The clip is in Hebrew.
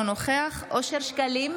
אינו נוכח אושר שקלים,